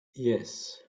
yes